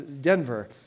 Denver